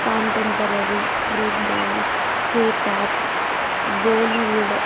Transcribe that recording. contemporary breakdance cape of Bollywood